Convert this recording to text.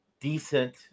Decent